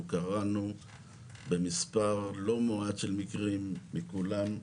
אנחנו קראנו במספר לא מועט של מקרים, לכולם,